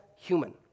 human